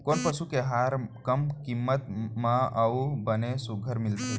कोन पसु के आहार कम किम्मत म अऊ बने सुघ्घर मिलथे?